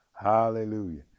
hallelujah